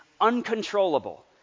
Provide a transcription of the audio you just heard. uncontrollable